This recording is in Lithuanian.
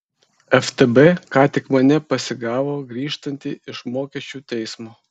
ftb ką tik mane pasigavo grįžtantį iš mokesčių teismo